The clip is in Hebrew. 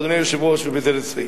אדוני היושב-ראש, ובזה לסיים,